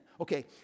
Okay